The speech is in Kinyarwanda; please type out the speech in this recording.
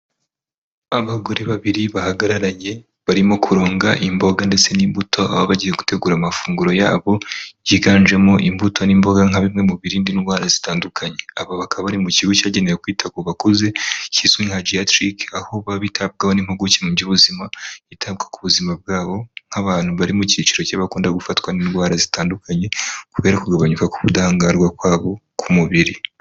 Abagore babiri bahagararanye barimo kuronga imboga ndetse n'imbuto baba bagiye gutegura amafunguro yabo, higanjemo imbuto n'imboga nka bimwe mu birinda indwara zitandukanye, aba bakaba bari mu kigo cyagenewe kwita ku gakuze kizwi nka jiyatiriki aho baba bitabwaho impuguke mu by'ubuzima hitabwa ku buzima bwabo, nk'abantu bari mu cyiciro cy'abakunda gufatwa n'indwara zitandukanye, kubera kugabanyuka kubudahangarwa kwabo ku mubiri.